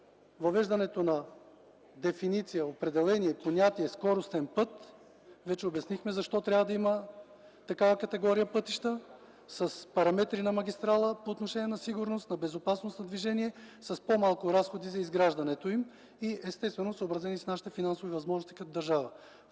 въвеждането на дефиниция, определение, понятие „скоростен път”. Вече обяснихме защо трябва да има такава категория пътища с параметри на магистрала по отношение на сигурност, на безопасност на движение, с по-малко разходи за изграждането й и съобразено с нашите финансови възможности като държава.